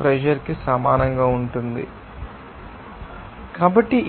pressure కి సమానంగా ఉంటుందని మీరు సులభంగా చెప్పవచ్చు